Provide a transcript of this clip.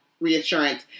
reassurance